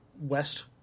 west